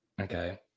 Okay